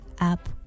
up